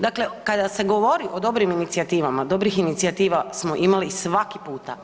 Dakle, kada se govori o dobrim inicijativama, dobrih inicijativa smo imali svaki puta.